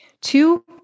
Two